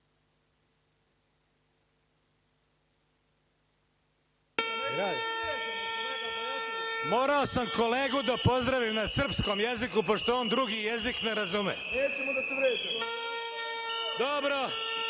sam kolegu da pozdravim na srpskom jeziku, pošto on drugi jezik ne razume. Zahvaljujem